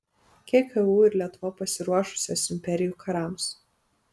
kiek eu ir lietuva pasiruošusios imperijų karams